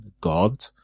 God